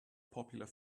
popular